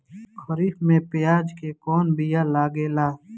खरीफ में प्याज के कौन बीया लागेला?